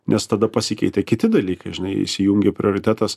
nes tada pasikeitė kiti dalykai žinai įsijungė prioritetas